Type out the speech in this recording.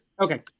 Okay